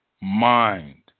mind